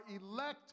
elect